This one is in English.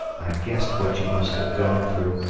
i guessed what you must have gone through,